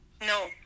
No